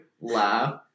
laugh